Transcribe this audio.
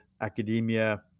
academia